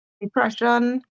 depression